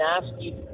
nasty